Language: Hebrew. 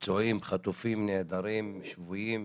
פצועים, חטופים, נעדרים, שבויים.